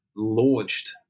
launched